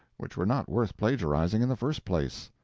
which were not worth plagiarizing in the first place.